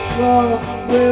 lost